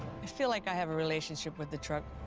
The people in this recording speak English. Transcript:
i feel like i have a relationship with the truck.